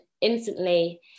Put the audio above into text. instantly